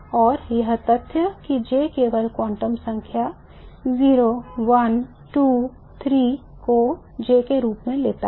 और यह तथ्य कि J केवल क्वांटम संख्या 0 1 2 3 को J के रूप में लेता है